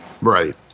Right